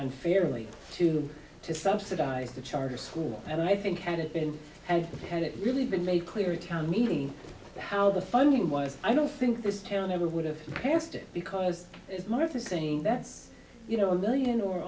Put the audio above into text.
unfairly to them to subsidize the charter school and i think had it been and had it really been made clear a town meeting how the funding was i don't think this town ever would have passed it because it's more of a saying that you know a million or